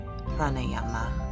Pranayama